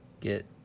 get